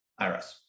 IRS